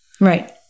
Right